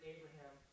Abraham